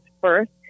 first